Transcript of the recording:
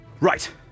right